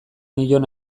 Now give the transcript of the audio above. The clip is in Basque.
nion